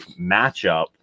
matchup